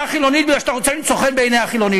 חילונית כי אתה רוצה למצוא חן בעיני החילונים?